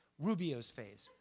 rubio's face,